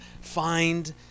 find